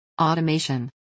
Automation